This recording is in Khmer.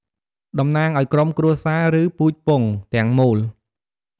តំណាងឲ្យ ក្រុមគ្រួសារ ឬ ពូជពង្ស ទាំងមូល។